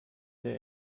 der